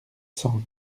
cent